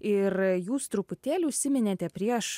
ir jūs truputėlį užsiminėte prieš